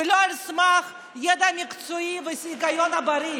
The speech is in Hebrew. ולא על סמך ידע מקצועי והיגיון בריא.